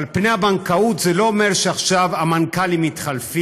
אבל פני הבנקאות זה לא אומר שעכשיו המנכ"לים מתחלפים,